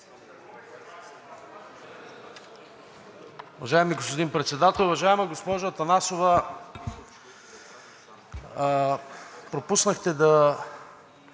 Уважаеми господин Председател, уважаема госпожо Атанасова! Пропуснахте да